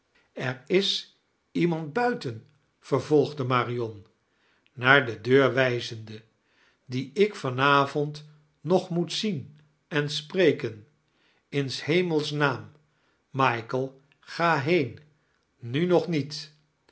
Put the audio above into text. er is iemand buiten vervolgde marion naar de deur wijzende dien ik van avond nog moot zien en spreken in s hemels naam michael ga heen nu nog ndet